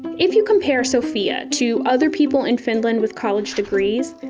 if you compare sofia to other people in finland with college degrees,